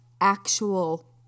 actual